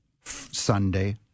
Sunday